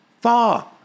far